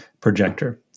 projector